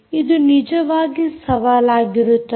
ಇದು ನಿಜವಾಗಿ ಸವಾಲಾಗಿರುತ್ತದೆ